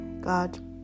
God